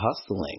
hustling